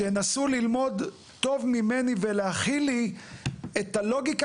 שינסו ללמוד טוב ממני ולהכין לי את הלוגיקה